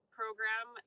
program